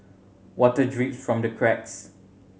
water drips from the cracks